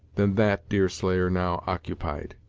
than that deerslayer now occupied.